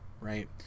right